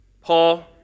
Paul